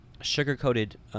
sugar-coated